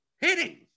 Hitting